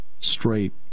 straight